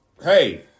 hey